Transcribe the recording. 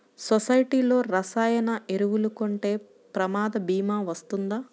సొసైటీలో రసాయన ఎరువులు కొంటే ప్రమాద భీమా వస్తుందా?